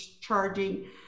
charging